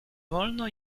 wolno